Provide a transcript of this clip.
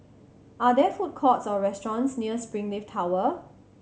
are there food courts or restaurants near Springleaf Tower